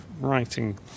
writing